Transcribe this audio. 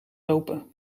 lopen